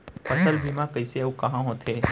फसल बीमा कइसे अऊ कहाँ होथे?